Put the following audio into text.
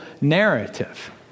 narrative